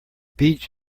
beach